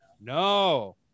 No